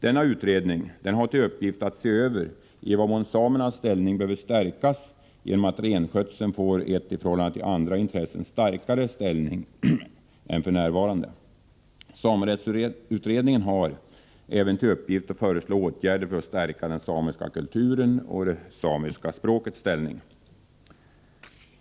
Denna utredning har till uppgift att se över i vad mån samernas ställning behöver stärkas genom att renskötseln får en i förhållande till andra intressen starkare ställning än f.n. Samerättsutredningen har även till uppgift att föreslå åtgärder för att stärka den samiska kulturen och det samiska språkets ställning.